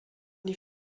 die